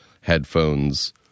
headphones